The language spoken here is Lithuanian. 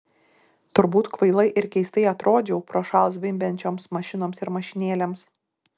turbūt kvailai ir keistai atrodžiau prošal zvimbiančioms mašinoms ir mašinėlėms